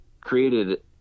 created